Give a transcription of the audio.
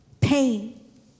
Pain